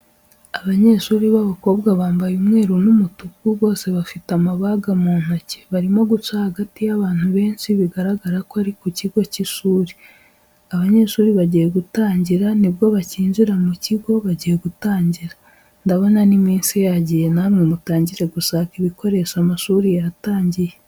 Abanyeshuri b'abakobwa bambaye umweru n'umutuku bose bafite amabaga mu ntoki, barimo guca hagati y'abantu benshi bigaragara ko ari ku kigo cy'ishuri, abanyeshuri bagiye gutangira ni bwo bakinjira ku kigo bagiye gutangira. Ndabona n'iminsi yagiye namwe mutangire gushaka ibikoresho amashuri yatangiye.